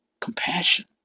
compassion